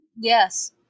Yes